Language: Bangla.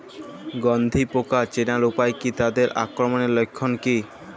গন্ধি পোকা চেনার উপায় কী তাদের আক্রমণের লক্ষণ কী?